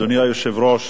אדוני היושב-ראש,